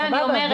סבבה,